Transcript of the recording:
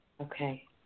Okay